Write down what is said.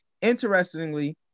Interestingly